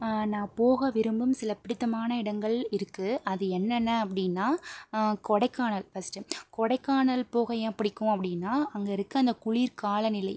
நான் போக விரும்பும் சில பிடித்தமான இடங்கள் இருக்கு அது என்னென்ன அப்படினா கொடைக்கானல் ஃபர்ஸ்ட் கொடைக்கானல் போக ஏன் பிடிக்கும் அப்படினா அங்கே இருக்க அந்த குளிர் காலநிலை